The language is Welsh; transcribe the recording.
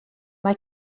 mae